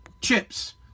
chips